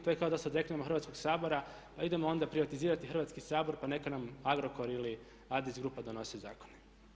To je kao da se odreknemo Hrvatskog sabora, pa idemo onda privatizirati Hrvatski sabor, pa neka nam Agrokor ili Adris grupa donosi zakone.